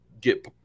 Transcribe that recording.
get